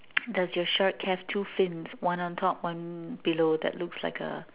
does your shark have two fins one on top one below that looks like a